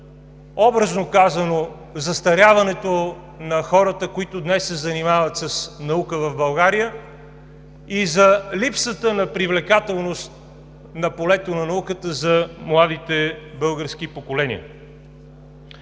образно казано, застаряването на хората, които днес се занимават с науката в България, и за липсата на привлекателност на полето на науката за младите български поколения.